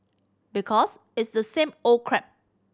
because it's the same old crap